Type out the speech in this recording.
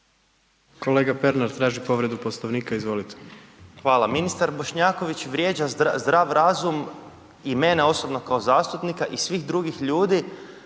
Kolega Pernar traži povredu Poslovnika, izvolite. **Pernar, Ivan (SIP)** Hvala. Ministar Bošnjaković vrijeđa zdrav razum i mene osobno kao zastupnika i svih drugih ljudi